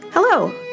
Hello